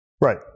Right